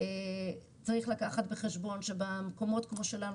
צריך להביא בחשבון שבמקומות כמו שלנו,